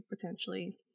potentially